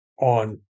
on